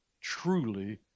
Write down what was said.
truly